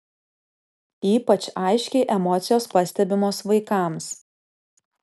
ypač aiškiai emocijos pastebimos vaikams